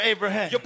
Abraham